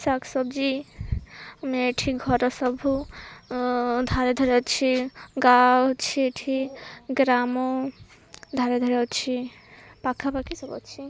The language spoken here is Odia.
ଶାଗ୍ ସବ୍ଜିମାନେ ଏଠି ଘର ସବୁ ଧାରେ ଧାରେ ଅଛି ଗାଁ ଅଛି ଏଠି ଗ୍ରାମ ଧାରେ ଧାରେ ଅଛି ପାଖାପାଖି ସବୁ ଅଛି